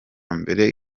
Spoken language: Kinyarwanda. mbere